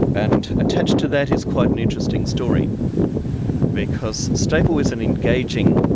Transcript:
and attached to that is quite an interesting story because stapel was an engaging,